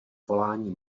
volání